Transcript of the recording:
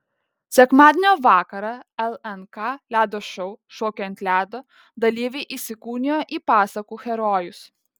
sekmadienio vakarą lnk ledo šou šokiai ant ledo dalyviai įsikūnijo į pasakų herojus